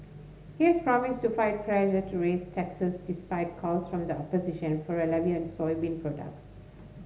he has promised to fight pressure to raise taxes despite calls from the opposition for a levy on soybean products